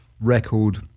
record